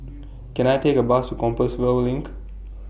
Can I Take A Bus to Compassvale LINK